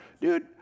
Dude